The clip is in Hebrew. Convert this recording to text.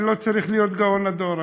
אני לא צריך להיות גאון הדור,